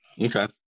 Okay